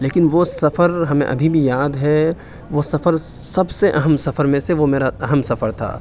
لیکن وہ سفر ہمیں ابھی بھی یاد ہے وہ سفر سب سے اہم سفرمیں سے وہ میرا اہم سفر تھا